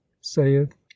saith